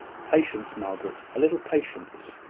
patience, margaret! a little patience,